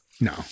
No